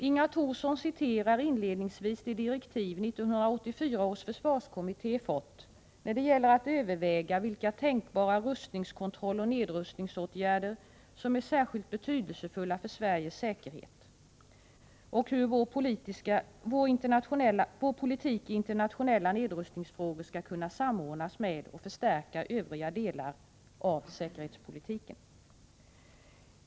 Inga Thorsson citerar inledningsvis de direktiv 1984 års försvarskommitté fått när det gäller att överväga vilka tänkbara rustningskontrolloch nedrustningsåtgärder som är särskilt betydelsefulla för Sveriges säkerhet och hur vår politik i internationella nedrustningsfrågor skall kunna samordnas med och förstärka övriga delar av säkerhetspolitiken.